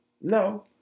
no